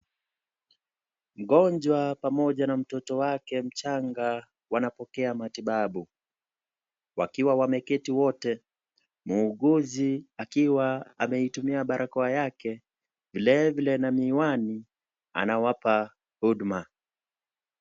Mgonjwa pamoja na mtoto wake mchanga wanapokea matibabu. Wakiwa wameketi wote, muuguzi akiwa ameitumia barakoa yake, vile vile na miwani, anawapa huduma.